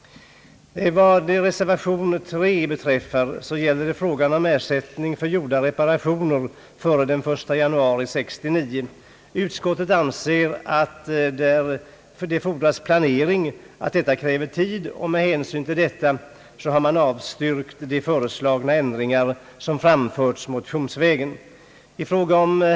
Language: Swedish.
Reservation III gäller frågan om ersättning för reparationer gjorda före den 1 januari 1969. Utskottet anser att detta förslag fordrar planering och att detta kräver tid. Med hänsyn härtill har man avstyrkt de ändringar som föreslagits motionsvägen.